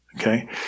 Okay